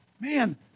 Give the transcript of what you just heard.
man